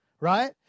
right